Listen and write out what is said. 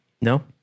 No